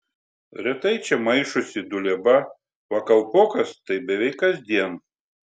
retai čia maišosi dulieba va kalpokas tai beveik kasdien